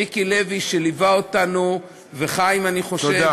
מיקי לוי, שליווה אותנו, וחיים, אני חושב, תודה.